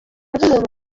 nk’umuntu